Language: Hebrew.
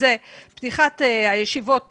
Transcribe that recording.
שזה פתיחת הישובים